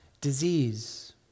disease